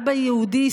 אבא יהודי,